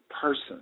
person